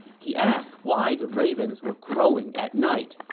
he asked why the ravens were crowing at night,